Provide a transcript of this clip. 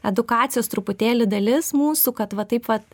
edukacijos truputėlį dalis mūsų kad va taip vat